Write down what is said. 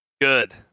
Good